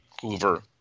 Hoover